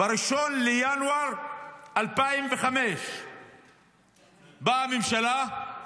ב-1 בינואר 2005. באה הממשלה,